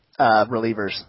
relievers